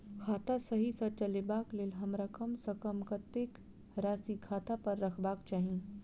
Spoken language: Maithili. खाता सही सँ चलेबाक लेल हमरा कम सँ कम कतेक राशि खाता पर रखबाक चाहि?